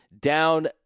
down